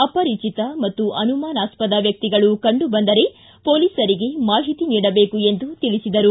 ಅಪರಿಚಿತ ಮತ್ತು ಅನುಮಾನಸ್ಪದ ವ್ಯಕ್ತಿಗಳು ಕಂಡುಬಂದರೆ ಪೊಲೀಸರಿಗೆ ಮಾಹಿತಿ ನೀಡಬೇಕು ಎಂದು ತಿಳಿಸಿದರು